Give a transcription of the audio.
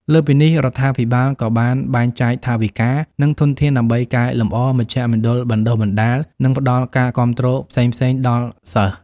លើសពីនេះ រដ្ឋាភិបាលក៏បានបែងចែកថវិកា និងធនធានដើម្បីកែលម្អមជ្ឈមណ្ឌលបណ្តុះបណ្តាល និងផ្តល់ការគាំទ្រផ្សេងៗដល់សិស្ស។